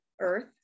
earth